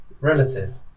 relative